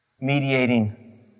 mediating